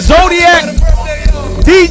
Zodiac